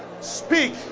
speak